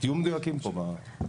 תהיו מדויקים פה.